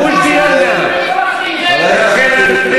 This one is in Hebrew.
אלו חברים שלך,